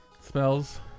Smells